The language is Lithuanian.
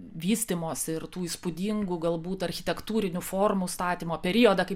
vystymosi ir tų įspūdingų galbūt architektūrinių formų statymo periodą kaip